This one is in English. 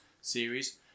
series